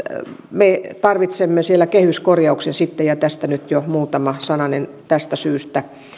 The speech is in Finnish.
me tarvitsemme siellä kehyskorjauksen sitten ja tästä nyt jo muutama sananen tästä syystä